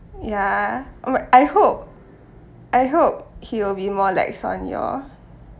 ya oh I hope I hope he will be more lax on you all